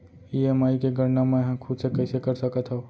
EMI के गड़ना मैं हा खुद से कइसे कर सकत हव?